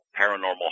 paranormal